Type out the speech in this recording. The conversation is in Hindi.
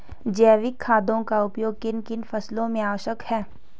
जैविक खादों का उपयोग किन किन फसलों में आवश्यक है?